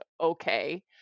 okay